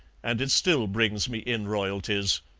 and it still brings me in royalties.